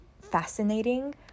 fascinating